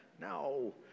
No